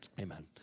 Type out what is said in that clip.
Amen